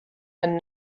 and